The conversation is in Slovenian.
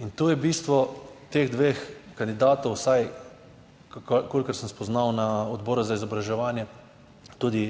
In to je bistvo teh dveh kandidatov, vsaj kolikor sem spoznal na Odboru za izobraževanje, tudi